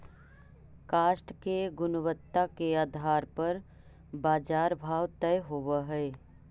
काष्ठ के गुणवत्ता के आधार पर बाजार भाव तय होवऽ हई